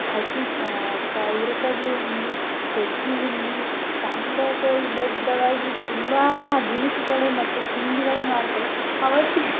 ಹಸಿ ಕ ಹುರ್ಕಡ್ಲಿ ಉಂಡೆ ಸಜ್ಜಿಉಂಡೆ ಸಾಂಪ್ರದಾಯಿಕವಾಗಿ ಬದ್ಧವಾಗಿ ತುಂಬ ತಿನಿಸುಗಳು ಮತ್ತು ತಿಂಡಿಗಳು ಮಾಡ್ತಾರೆ ಅವತ್ತೇ